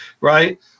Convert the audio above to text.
right